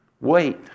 Wait